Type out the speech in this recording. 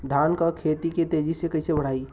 धान क खेती के तेजी से कइसे बढ़ाई?